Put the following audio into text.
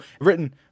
Written